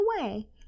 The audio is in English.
away